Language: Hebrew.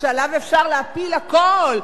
שעליו אפשר להפיל הכול,